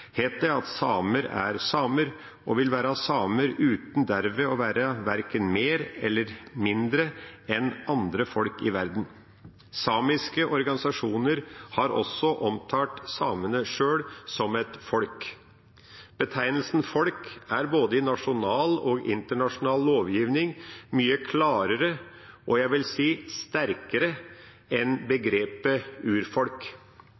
het det at samer er samer og vil være samer uten dermed å være verken mer eller mindre enn andre folk i verden. Samiske organisasjoner har også omtalt samene sjøl som et folk. Betegnelsen «folk» er i både nasjonal og internasjonal lovgivning mye klarere – og jeg vil si sterkere – enn